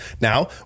now